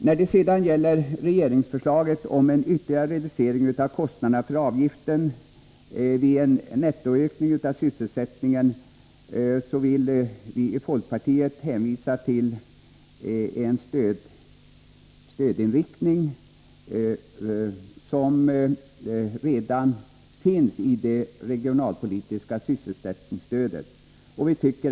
När det sedan gäller regeringsförslaget om en ytterligare reducering av kostnaden för avgifterna vid en nettoökning av sysselsättningen vill folkpartiet hänvisa till att en stödform med den inriktningen redan finns i det regionalpolitiska sysselsättningsstödet.